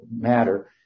Matter